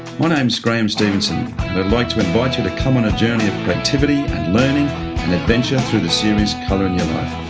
my name's graeme stevenson, and i'd like to invite you to come on a journey of creativity and learning and adventure through the series colour in your life.